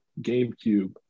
gamecube